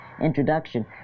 introduction